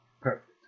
Perfect